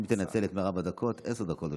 אם תנצל את מרב הדקות, עשר דקות לרשותך.